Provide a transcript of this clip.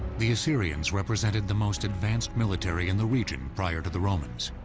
the assyrians represented the most advanced military in the region prior to the romans.